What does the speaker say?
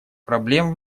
проблем